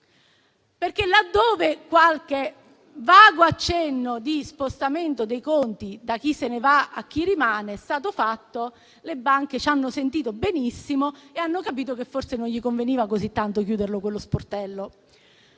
infatti qualche vago accenno di spostamento dei conti da chi se ne va a chi rimane è stato fatto, le banche ci hanno sentito benissimo e hanno capito che forse non conveniva così tanto chiudere quello sportello.